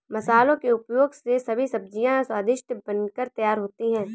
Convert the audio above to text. मसालों के उपयोग से सभी सब्जियां स्वादिष्ट बनकर तैयार होती हैं